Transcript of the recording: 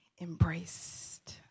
embraced